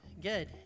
good